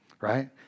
right